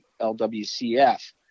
LWCF